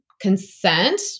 consent